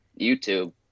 YouTube